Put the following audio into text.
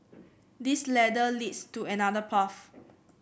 this ladder leads to another path